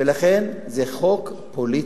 ולכן, זה חוק פוליטי,